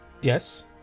Yes